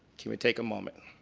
can we take a moment.